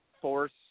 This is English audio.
force